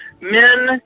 Men